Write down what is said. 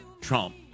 Trump